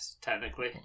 technically